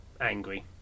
angry